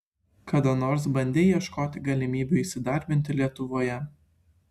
kada nors bandei ieškoti galimybių įsidarbinti lietuvoje